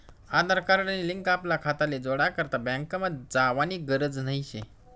आधार card नी link आपला खाताले जोडा करता बँकमा जावानी गरज नही शे